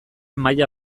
maila